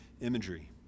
imagery